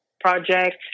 project